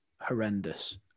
horrendous